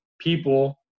people